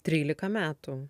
trylika metų